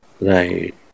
right